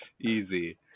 Easy